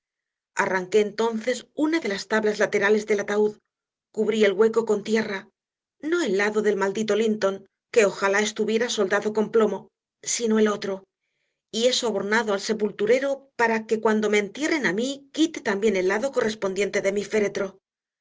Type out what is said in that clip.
arranqué entonces una de las tablas laterales del ataúd cubrí el hueco con tierra no el lado del maldito linton que ojalá estuviera soldado con plomo sino el otro y he sobornado al sepulturero para que cuando me entierren a mí quite también el lado correspondiente de mi féretro así